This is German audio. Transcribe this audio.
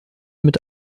mit